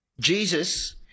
Jesus